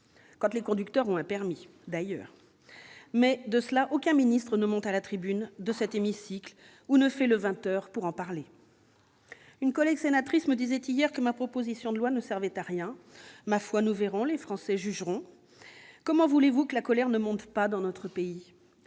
quand les conducteurs ont un permis !-, mais aucun ministre ne monte à la tribune de cet hémicycle ou ne se rend au 20 heures pour parler de cela ! Une collègue sénatrice me disait hier que ma proposition de loi ne servait à rien. Ma foi, nous verrons ; les Français jugeront. Comment voulez-vous que la colère ne monte pas dans notre pays ?